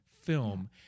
film